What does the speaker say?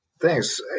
Thanks